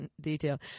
detail